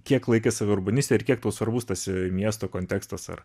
kiek laikai save urbaniste ir kiek tau svarbus tas miesto kontekstas ar